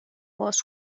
باز